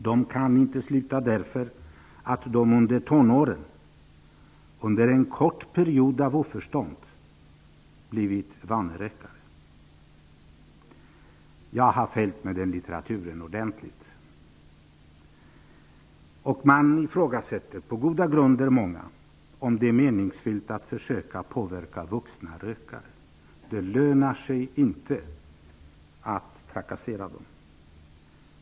De kan inte sluta därför att de under tonåren, under en kort period av oförstånd, har blivit vanerökare. Jag har följt med i litteraturen ordentligt. Man ifrågasätter på många goda grunder om det är meningsfullt att försöka påverka vuxna rökare. Det lönar sig inte att trakassera dem.